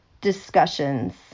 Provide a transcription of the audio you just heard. discussions